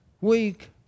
weak